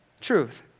Truth